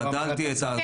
חדלתי את ההתזה --- רגע,